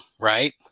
right